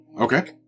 Okay